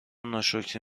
ناشکری